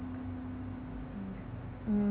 mm